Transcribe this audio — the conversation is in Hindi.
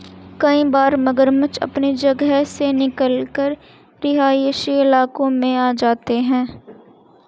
कई बार मगरमच्छ अपनी जगह से निकलकर रिहायशी इलाकों में आ जाते हैं